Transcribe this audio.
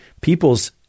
people's